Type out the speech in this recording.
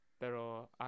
Pero